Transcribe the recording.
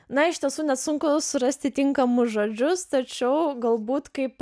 na iš tiesų net sunku surasti tinkamus žodžius tačiau galbūt kaip